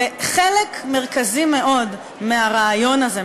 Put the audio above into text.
וחלק מרכזי מאוד מהרעיון הזה,